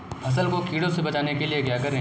फसल को कीड़ों से बचाने के लिए क्या करें?